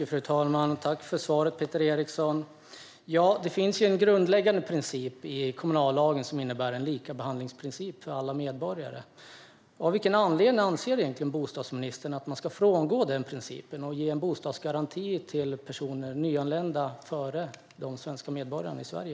Fru talman! Tack för svaret, Peter Eriksson! Ja, det finns ju en grundläggande princip i kommunallagen som innebär en likabehandlingsprincip för alla medborgare. Av vilken anledning anser bostadsministern att man ska frångå den principen och ge en bostadsgaranti till nyanlända personer före de svenska medborgarna i Sverige?